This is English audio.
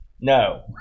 No